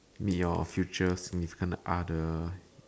meet your future significant other